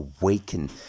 awaken